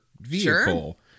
vehicle